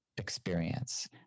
experience